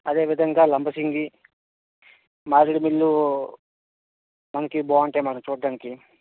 అదే విధంగా లంబసింగి మారేడుమిల్లు మనకి బాగుంటాయి మ్యాడమ్ చూడడానికి